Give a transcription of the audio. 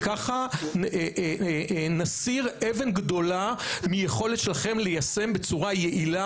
וכך נסיר אבן גדולה מהיכולת שלכם ליישם בצורה יעילה